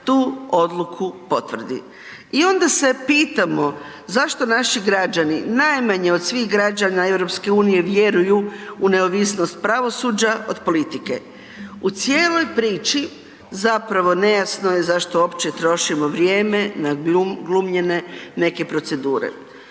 tu odluku potvrdi. I onda se pitamo zašto naši građani najmanje od svih građana EU-a vjeruju u neovisnost pravosuđa od politike? U cijeloj priči zapravo nejasno je zašto uopće trošimo vrijeme na glumljene neke procedure.